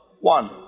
one